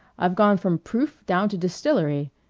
i've gone from proof down to distillery.